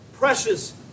Precious